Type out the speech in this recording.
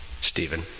Stephen